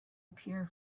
appear